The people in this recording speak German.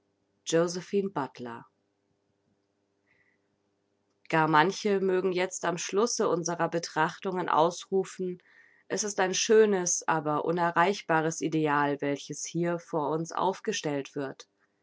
gar manche mögen jetzt am schlusse unserer betrachtungen ausrufen es ist ein schönes aber unerreichbares ideal welches hier vor uns aufgestellt wird